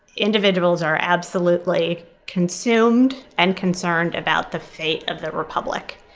individuals are absolutely consumed and concerned about the fate of the republic.